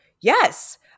Yes